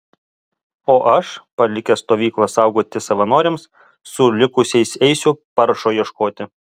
o aš palikęs stovyklą saugoti savanoriams su likusiais eisiu paršo ieškoti